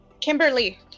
Kimberly